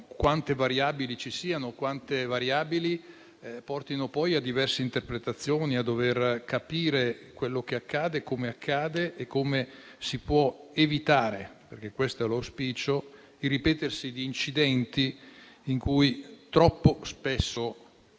quante variabili ci siano e quante variabili portino poi a diverse interpretazioni, a dover capire quello che accade, come accade e come si può evitare - perché questo è l'auspicio - il ripetersi di incidenti in cui troppo spesso